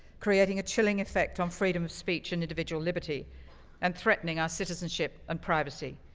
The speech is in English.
creating a chilling effect on freedom of speech and individual liberty and threatening our citizenship and privacy.